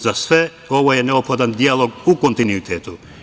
Za sve ovo je neophodan dijalog u kontinuitetu.